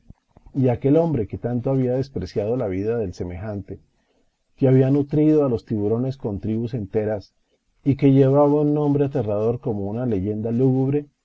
y aquel hombre que tanto había despreciado la vida del semejante que había nutrido a los tiburones con tribus enteras y que llevaba un nombre aterrador como una leyenda lúgubre